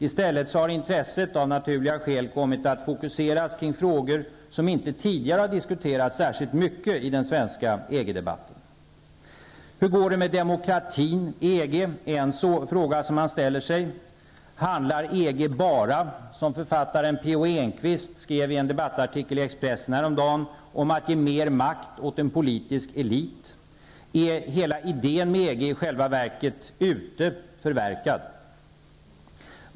I stället har intresset av naturliga skäl kommit att fokuseras till frågor som inte tidigare har diskuterats särskilt mycket i den svenska EG-debatten. Hur går det med demokratin i EG, är en fråga som man ställer sig. Handlar EG bara, som författaren P. O. Enquist skrev i en debattartikel i Expressen häromdagen, om att ge mer makt åt en politisk elit? Är hela idén med EG i själva verket ute, förverkad?